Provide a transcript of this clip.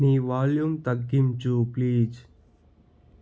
నీ వాల్యూమ్ తగ్గించు ప్లీజ్